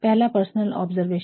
पहला है personal observation